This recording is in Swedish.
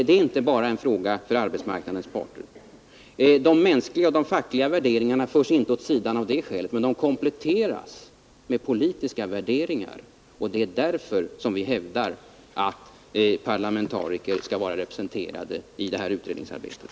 Det är inte bara en fråga för arbetsmarknadens parter. De mänskliga och fackliga värderingarna förs inte åt sidan av det skälet, men de kompletteras med politiska värderingar. Därför hävdar vi att parlamentariker skall vara med i utredningsarbetet.